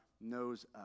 knows